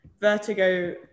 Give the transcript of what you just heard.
Vertigo